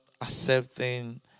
accepting